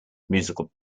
musical